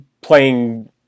playing